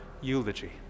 eulogy